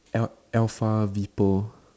L alpha V poll